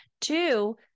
two